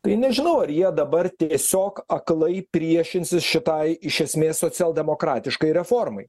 tai nežinau ar jie dabar tiesiog aklai priešinsis šitai iš esmės socialdemokratiškai reformai